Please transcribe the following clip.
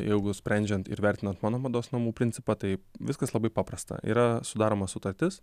jeigu sprendžiant ir vertinant mano mados namų principą tai viskas labai paprasta yra sudaroma sutartis